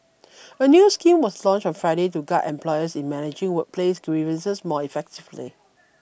a new scheme was launched on Friday to guide employers in managing workplace grievances more effectively